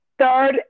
Third